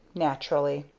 naturally.